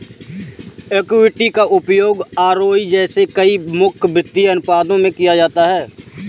equity का उपयोग ROE जैसे कई प्रमुख वित्तीय अनुपातों में किया जाता है